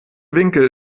winkel